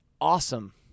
awesome